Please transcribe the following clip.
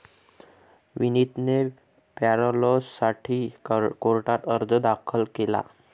विनीतने पॅरोलसाठी कोर्टात अर्ज दाखल केला